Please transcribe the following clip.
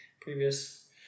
previous